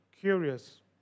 curious